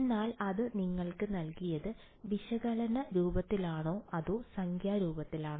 എന്നാൽ അത് നിങ്ങൾക്ക് നൽകിയത് വിശകലന രൂപത്തിലാണോ അതോ സംഖ്യാ രൂപത്തിലാണോ